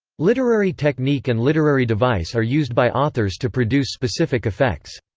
literary technique and literary device are used by authors to produce specific effects.